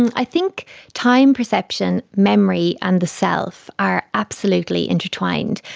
and i think time perception, memory and the self are absolutely intertwined.